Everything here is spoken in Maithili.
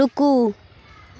रूकु